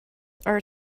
are